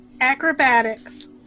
acrobatics